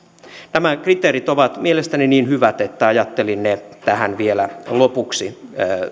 nämä kriteerit ovat mielestäni niin hyvät että ajattelin ne tähän vielä lopuksi